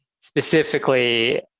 specifically